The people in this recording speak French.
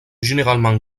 généralement